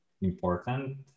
important